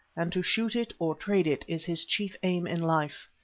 and to shoot it or trade it is his chief aim in life.